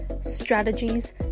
strategies